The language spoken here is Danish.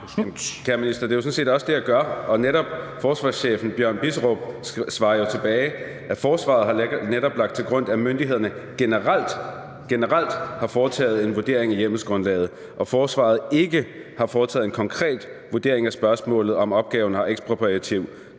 det er sådan set også det, jeg gør. Og netop forsvarschefen, Bjørn Bisserup, svarer jo tilbage: »... og Forsvaret har netop lagt til grund, at myndighederne generelt har foretaget en vurdering af hjemmelsgrundlaget, og Forsvaret har ikke foretaget en konkret vurdering af spørgsmålet om opgaven har ekspropriativ